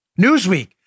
Newsweek